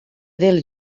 del